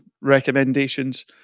recommendations